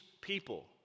people